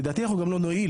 לדעתי אנחנו גם לא נועיל.